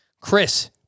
Chris